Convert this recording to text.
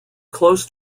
close